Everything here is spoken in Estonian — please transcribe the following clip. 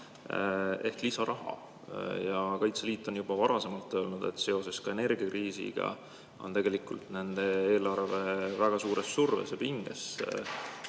ehk lisaraha. Kaitseliit on juba varem öelnud, et seoses energiakriisiga on tegelikult nende eelarve väga suure surve all ja pingeline.